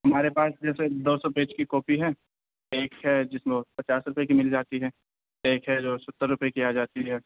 ہمارے پاس جیسے دو سو پیج کی کاپی ہے ایک ہے جس میں پچاس روپے کی مل جاتی ہے ایک ہے جو ستر روپے کی آ جاتی ہے